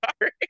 sorry